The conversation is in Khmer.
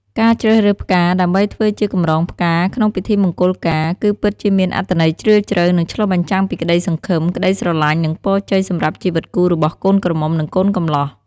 ការជ្រើសរើសផ្កាដើម្បីធ្វើជាកម្រងផ្កាក្នុងពិធីមង្គលការ គឺពិតជាមានអត្ថន័យជ្រាលជ្រៅ និងឆ្លុះបញ្ចាំងពីក្តីសង្ឃឹម ក្តីស្រឡាញ់ និងពរជ័យសម្រាប់ជីវិតគូរបស់កូនក្រមុំ និងកូនកម្លោះ។